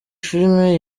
filime